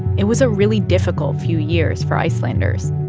it was a really difficult few years for icelanders,